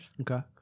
Okay